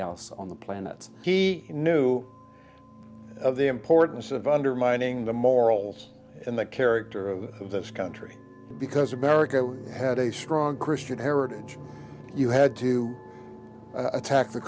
else on the planet he knew of the importance of undermining the morals and the character of this country because america had a strong christian heritage you had to attack the